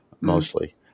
mostly